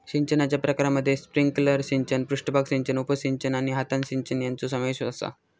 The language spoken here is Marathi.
सिंचनाच्या प्रकारांमध्ये स्प्रिंकलर सिंचन, पृष्ठभाग सिंचन, उपसिंचन आणि हातान सिंचन यांचो समावेश आसा